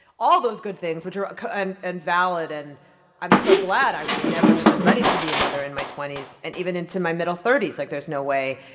all those good things, which are and and valid. and i'm so glad. i would never have been ready to be a mother in my twenty s, and even into my middle thirty s, like, there's no way.